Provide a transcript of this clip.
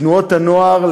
תנועות הנוער,